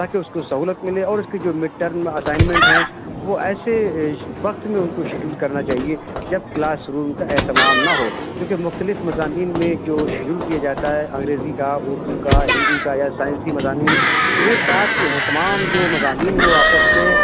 تاکہ اس کو سہولت ملے اور اس کے جو مڈ ٹرم اسائنمنٹ ہیں وہ ایسے وقت میں ان کو شیڈیول کرنا چاہیے جب کلاس روم کا اہتمام نہ ہو کیونکہ مختلف مضامین میں جو شیڈیول کیا جاتا ہے انگریزی کا اردو کا ہندی کا یا سائنسی مضامین تو ایک ساتھ جو ہیں تمام جو مضامین وہ آپس میں